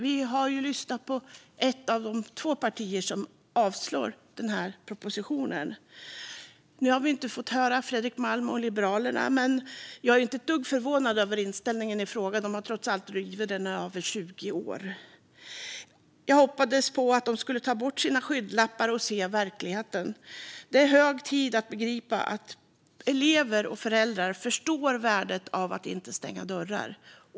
Vi har lyssnat på ett av de två partier som yrkar avslag på den här propositionen. Nu har vi inte fått höra Fredrik Malm och Liberalerna, men jag är inte ett dugg förvånad över inställningen i frågan - de har trots allt drivit den här linjen i över 20 år. Jag hoppades på att de skulle ta bort sina skygglappar och se verkligheten. Det är hög tid att begripa att elever och föräldrar förstår värdet av att inte stänga dörrar.